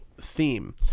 theme